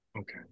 okay